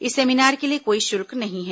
इस सेमिनार के लिए कोई शुल्क नहीं है